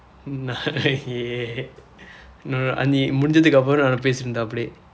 no no நீ முடிந்ததுக்கு அப்புறம் பேசிட்டிருந்தேன் அப்படியே:nii mudindthathukku appuram peesitdirundtheen appadiyee